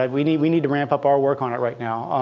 um we need we need to ramp up our work on it right now,